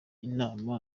inama